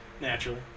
Naturally